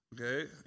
Okay